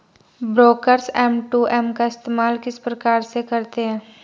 Brokers M to M का इस्तेमाल किस प्रकार से करते हैं?